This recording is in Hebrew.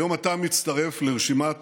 היום אתה מצטרף לרשימת